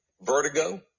vertigo